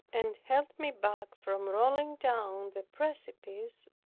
and held me back from rolling down the precipice,